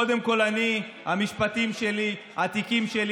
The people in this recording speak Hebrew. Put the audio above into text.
קודם כל אני, המשפטים שלי, התיקים שלי.